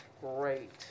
great